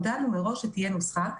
הודענו מראש שתהיה נוסחה,